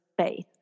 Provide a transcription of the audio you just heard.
faith